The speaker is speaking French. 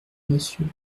monsieur